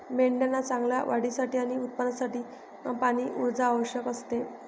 मेंढ्यांना चांगल्या वाढीसाठी आणि उत्पादनासाठी पाणी, ऊर्जा आवश्यक असते